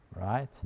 right